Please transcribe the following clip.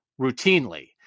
routinely